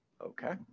Okay